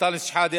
אנטאנס שחאדה,